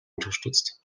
unterstützt